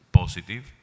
positive